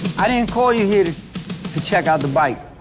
i didn't call you here to check out the bike,